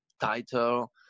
title